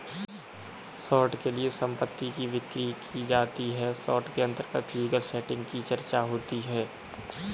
short के लिए संपत्ति की बिक्री की जाती है शॉर्ट के अंतर्गत फिजिकल सेटिंग की चर्चा होती है